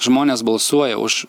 žmonės balsuoja už